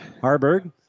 Harburg